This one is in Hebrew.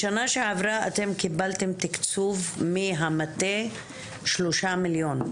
בשנה שעברה אתם קיבלתם תיקצוב מהמטה שלושה מיליון,